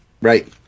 Right